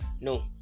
No